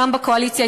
גם בקואליציה,